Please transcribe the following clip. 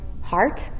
heart